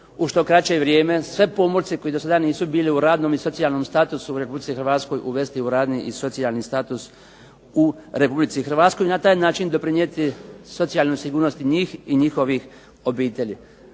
u što kraće vrijeme sve pomorce koji do sada nisu bili u radnom i socijalnom statusu u Republici Hrvatskoj uvesti u radni i socijalni status u Republici Hrvatskoj i na taj način doprinijeti socijalnoj sigurnosti njih i njihovih obitelji.